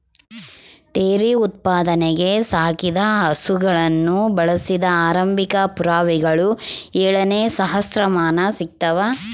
dairy ಉತ್ಪಾದನೆಗೆ ಸಾಕಿದ ಹಸುಗಳನ್ನು ಬಳಸಿದ ಆರಂಭಿಕ ಪುರಾವೆಗಳು ಏಳನೇ ಸಹಸ್ರಮಾನ ಸಿಗ್ತವ